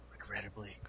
regrettably